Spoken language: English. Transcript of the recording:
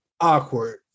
awkward